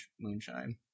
moonshine